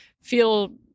feel